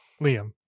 Liam